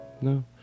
No